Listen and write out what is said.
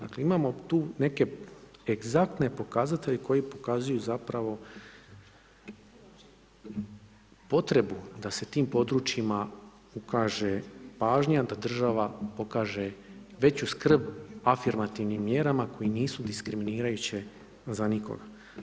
Dakle, imamo tu neke egzaktne pokazatelje koji pokazuju zapravo potrebu da se tim područjima pokaže pažnja, da država pokaže veću skrb afirmativnim mjerama koje nisu diskriminirajuće za nikoga.